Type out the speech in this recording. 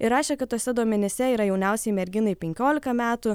ir rašė kad tuose duomenyse yra jauniausiai merginai penkiolika metų